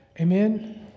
Amen